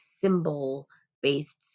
symbol-based